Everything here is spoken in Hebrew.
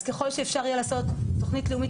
אז ככל שיהיה אפשר לעשות תוכנית לאומית,